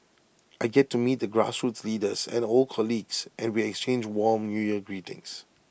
I get to meet the grassroots leaders and old colleagues and we exchange warm New Year greetings